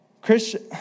Christian